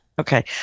Okay